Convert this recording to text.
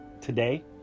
today